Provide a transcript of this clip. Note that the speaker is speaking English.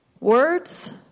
Words